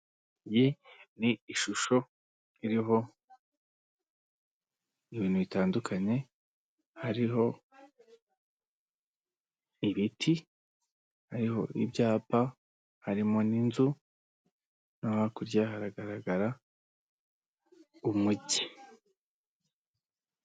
Iyi ni ishusho iriho ibintu bitandukanye, hariho ibiti, hariho ibyapa, harimo n'inzu, no hakurya haragaragara umugi.